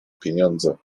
pieniądze